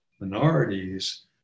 minorities